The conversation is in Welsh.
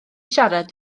siarad